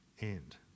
end